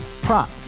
Prop